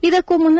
ಇದಕ್ಕೂ ಮುನ್ನ